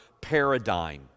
paradigm